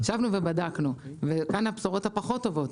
ישבנו ובדקנו וכאן הבשורות הפחות טובות,